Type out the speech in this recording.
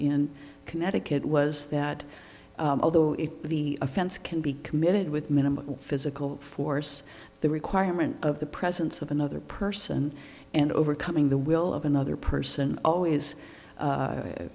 in connecticut was that although if the offense can be committed with minimal physical force the requirement of the presence of another person and overcoming the will of another person always